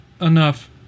enough